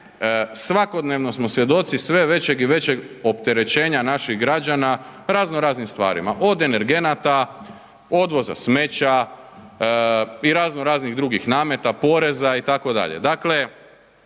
svakodnevno smo svjedoci sve većeg i većeg opterećenja naših građana raznoraznim stvarima, od energenata, odvoza smeća i raznoraznih drugih nameta, poreza itd.